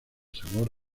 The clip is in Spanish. sabor